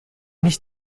nicht